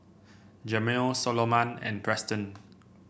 Jamel Soloman and Preston